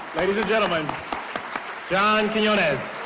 ladies and gentlemen john quinones.